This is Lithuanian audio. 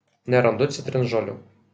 nerandu citrinžolių